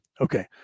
Okay